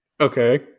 Okay